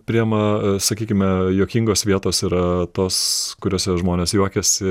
priima sakykime juokingos vietos yra tos kuriose žmonės juokiasi